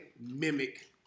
mimic